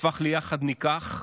הפך ל"יחד ניקח"